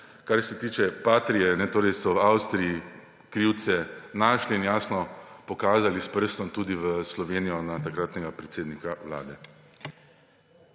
Kar se tiče Patrie, so v Avstriji krivce našli in jasno pokazali s prstom tudi v Slovenijo na takratnega predsednika Vlade.